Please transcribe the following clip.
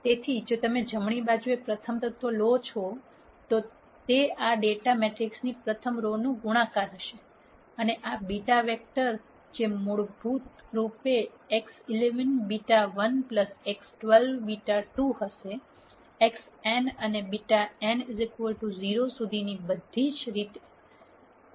તેથી જો તમે જમણી બાજુએ પ્રથમ તત્વ લો છો તો તે આ ડેટા મેટ્રિક્સની પ્રથમ રો નું ગુણાકાર હશે અને આ β વેક્ટર જે મૂળરૂપે x11 β1 x12 β2 હશે xn અને βn 0 સુધીની બધી રીતે